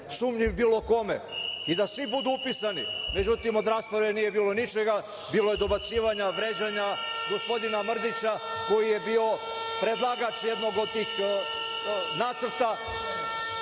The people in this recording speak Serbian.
sumnjiv bilo kome i da svi budu upisani. Međutim, od rasprave nije bilo ničega, bilo je dobacivanja, vređanja gospodina Mrdića koji je bio predlagač jednog od tih nacrta.